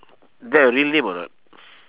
is that a real name or not